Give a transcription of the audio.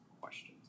questions